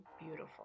beautiful